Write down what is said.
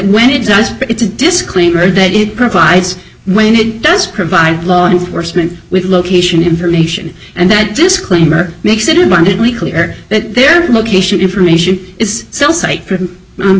when it does it's a disclaimer that it provides when it does provide law enforcement with location information and that disclaimer makes it abundantly clear that their location information is